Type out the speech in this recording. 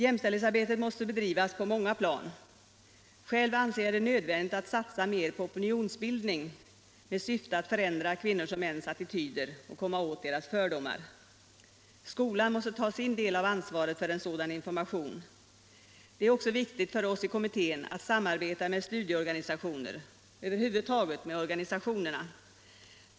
Jämställdhetsarbetet måste bedrivas på många plan. Själv anser jag det nödvändigt att satsa mer på opinionsbildning med syfte att förändra kvinnors och mäns attityder och komma åt deras fördomar. Skolan måste ta sin del av ansvaret för en sådan information. Det är också viktigt för oss i kommittén att samarbeta med studieorganisationer, över huvud taget med organisationerna.